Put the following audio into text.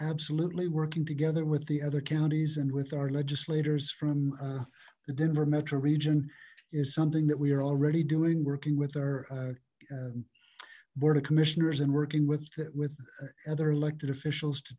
absolutely working together with the other counties and with our legislators from the denver metro region is something that we are already doing working with our board of commissioners and working with with other elected officials to